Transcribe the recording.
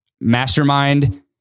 mastermind